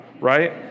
Right